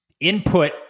input